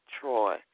Troy